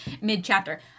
mid-chapter